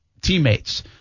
teammates